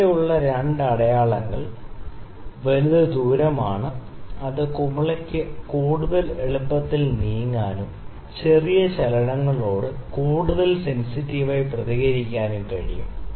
ഇവിടെ ഉള്ള 2 അടയാളങ്ങൾ വലുത് ദൂരമാണ് അതായത് കുമിളയ്ക്ക് കൂടുതൽ എളുപ്പത്തിൽ നീങ്ങാനും ചെറിയ ചലനങ്ങളോട് കൂടുതൽ സെൻസിറ്റീവായി പ്രതികരിക്കാനും കഴിയും